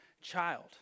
child